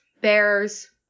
Bears